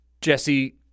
Jesse